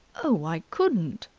oh, i couldn't!